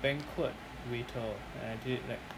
banquet waiter and I did like